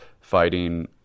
fighting